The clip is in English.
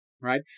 Right